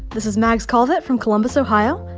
this is mags calditt from columbus, ohio.